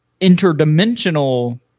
interdimensional